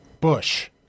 bush